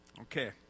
Okay